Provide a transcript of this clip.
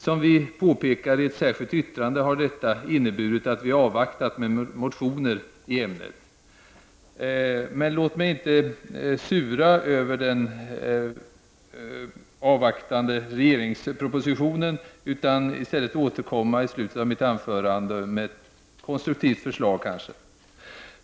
Som vi i miljöpartiet påpekade i ett särskilt yttrande har detta inneburit att vi avvaktat med motioner i ämnet. Jag skall inte sura över den dröjande regeringspropositionen, utan i stället återkomma i slutet av mitt anförande med ett konstruktivt förslag.